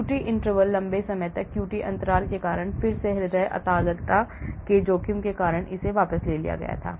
QT interval लंबे समय तक क्यूटी अंतराल के कारण फिर से हृदय अतालता के जोखिम के कारण इसे वापस ले लिया गया था